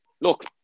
look